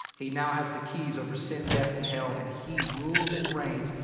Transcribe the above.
he now has the keys over sin, death and hell. and he rules and reigns.